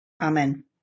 Amen